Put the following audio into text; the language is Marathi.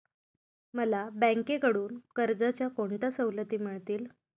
मला बँकेकडून कर्जाच्या कोणत्या सवलती मिळतील?